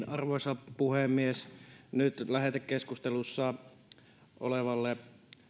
arvoisa puhemies nyt lähetekeskustelussa olevalle